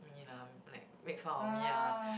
me ah like make fun of me ah